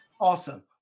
Awesome